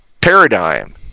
paradigm